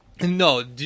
No